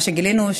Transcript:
מה שגילינו,